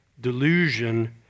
delusion